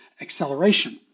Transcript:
acceleration